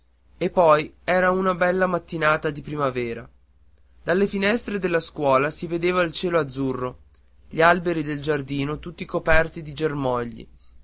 e poi era una bella mattinata di primavera dalle finestre della scuola si vedeva il cielo azzurro gli alberi del giardino tutti coperti di germogli